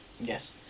Yes